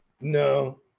No